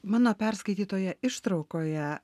mano perskaitytoje ištraukoje